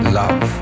love